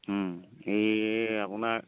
এই আপোনাৰ